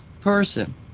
person